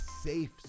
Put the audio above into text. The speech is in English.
safe